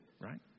right